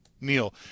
Neil